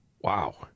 Wow